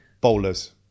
Bowlers